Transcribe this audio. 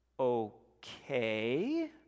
okay